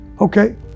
Okay